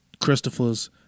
Christopher's